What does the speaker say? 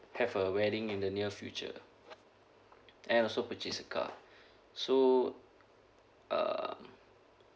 have a wedding in the near future and also purchase a car so um